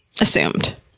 assumed